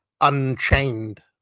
unchained